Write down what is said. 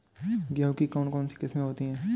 गेहूँ की कौन कौनसी किस्में होती है?